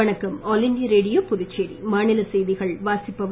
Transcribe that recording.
வணக்கம் All India Radio Puducherry மாநிலச் செய்திகள் வாசிப்பவர்